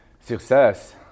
success